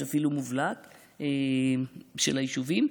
יש אפילו מובלעת של היישובים,